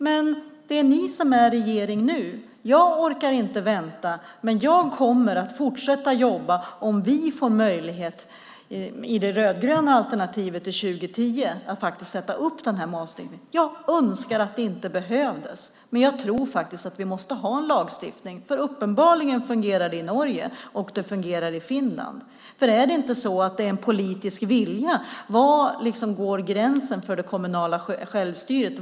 Det är dock ni som är regering nu, och jag orkar inte vänta. Jag kommer att fortsätta jobba för detta om vi i det rödgröna alternativet får möjlighet 2010. Jag önskar att det inte behövdes, men jag tror faktiskt att vi måste ha en lagstiftning. Uppenbarligen fungerar det i Norge och Finland. Handlar det inte om en politisk vilja? Var går gränsen för det kommunala självstyret?